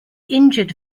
injured